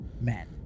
men